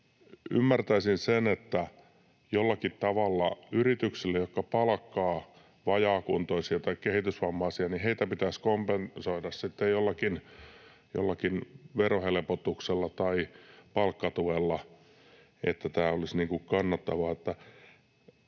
ymmärtäisin sen niin, että jollakin tavalla yrityksille, jotka palkkaavat vajaakuntoisia tai kehitysvammaisia, pitäisi kompensoida sitten jollakin verohelpotuksella tai palkkatuella, että tämä olisi kannattavaa.